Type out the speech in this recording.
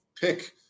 pick